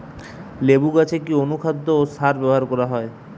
লেবু গাছে কি অনুখাদ্য ও সার ব্যবহার করা হয়?